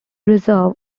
reserve